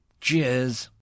Cheers